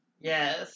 Yes